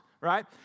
right